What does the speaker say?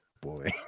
Boy